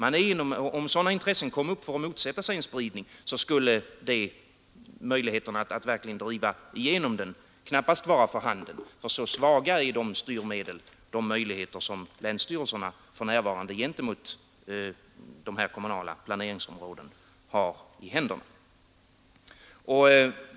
Om sådana intressen kom upp skulle möjligheter att verkligen driva igenom en spridning knappast vara för handen. Så svaga är nämligen för närvarande de styrmedel som länsstyrelserna har gentemot dem som de kommunala planeringsområdena har.